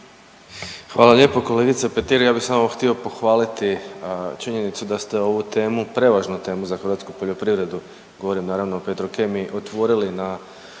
Hvala lijepo kolegice Petir ja bih samo htio pohvaliti činjenicu da ste ovu temu, prevažnu temu za hrvatsku poljoprivredu, govorim naravno o Petrokemiji otvorili na